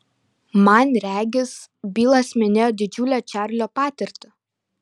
man regis bilas minėjo didžiulę čarlio patirtį